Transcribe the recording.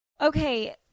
Okay